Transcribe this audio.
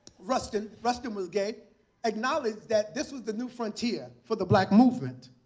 rustin rustin was gay acknowledged that this was the new frontier for the black movement.